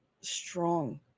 strong